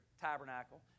tabernacle